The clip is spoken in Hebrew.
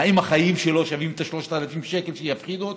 האם החיים שלו שווים את ה-3,000 שקל שיפחידו אותו,